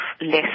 less